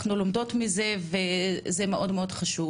אנחנו לומדות מזה וזה מאוד חשוב,